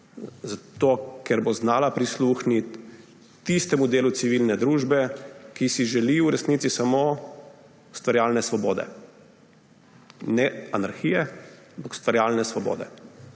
ker bo znala prisluhniti tistemu delu civilne družbe, ki si želi v resnici samo ustvarjalne svobode. Ne anarhije, ampak ustvarjalne svobode.